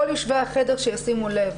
כל יושבי החדר שישימו לב,